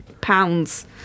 pounds